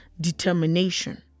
determination